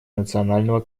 национального